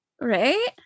Right